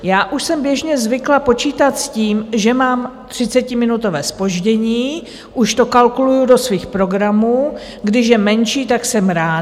Já už jsem běžně zvyklá počítat s tím, že mám třicetiminutové zpoždění, už to kalkuluji do svých programů, když je menší, tak jsem ráda.